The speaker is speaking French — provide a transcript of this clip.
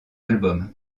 album